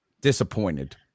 disappointed